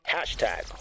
Hashtag